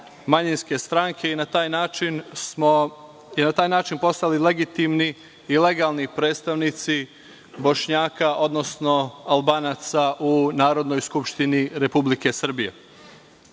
manjinske stranke i na taj način smo postali legitimni i legalni predstavnici Bošnjaka, odnosno Albanaca u Narodnoj skupštini Republike Srbije.S